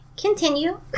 Continue